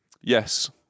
Yes